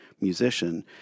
musician